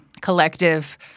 collective